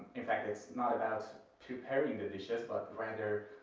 in fact, it's not about preparing the dishes, but rather,